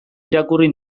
irakurri